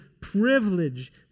privilege